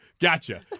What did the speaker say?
gotcha